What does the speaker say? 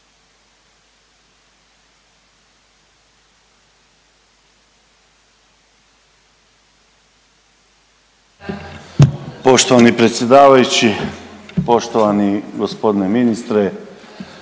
Poštovani predsjedavajući, poštovani gospodine ministre,